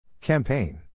Campaign